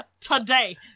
today